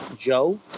Joe